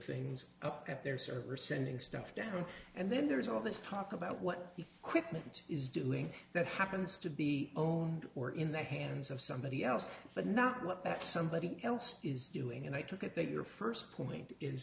things up at their server or sending stuff down and then there is all this talk about what the quick method is doing that happens to be own or in the hands of somebody else but not what that somebody else is doing and i took it that your first point is